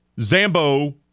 Zambo